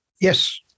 Yes